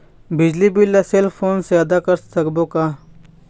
बिजली बिल ला cell phone से आदा कर सकबो का?